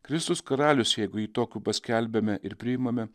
kristus karalius jeigu jį tokių paskelbėme ir priimame